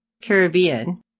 Caribbean